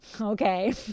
okay